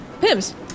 Pim's